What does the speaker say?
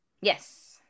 Yes